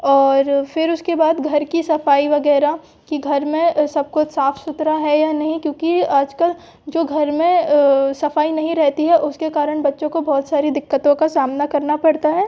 और फिर उसके बाद घर की सफाई वगैरह कि घर में सब कुछ साफ सुथरा है या नहीं क्योंकि आजकल जो घर में सफाई नहीं रहती है उसके कारण बच्चों को बहुत सारी दिक्कतों का सामना करना पड़ता है